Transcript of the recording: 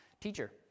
Teacher